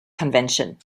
convention